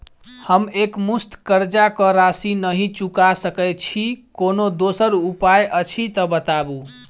हम एकमुस्त कर्जा कऽ राशि नहि चुका सकय छी, कोनो दोसर उपाय अछि तऽ बताबु?